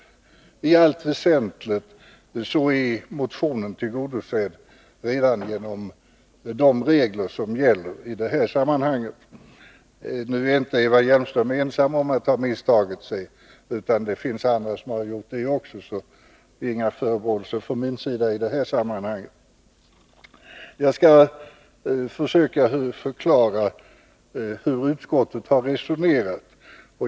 I allt väsentligt är motionen tillgodosedd redan genom de regler som gäller i dessa sammanhang. Eva Hjelmström är inte ensam om att ha misstagit sig — det finns andra som också har gjort det, så ingen förebråelse från min sida. Jag skall försöka förklara hur utskottet har resonerat.